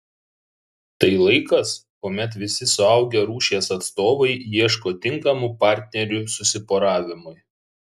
tai laikas kuomet visi suaugę rūšies atstovai ieško tinkamų partnerių susiporavimui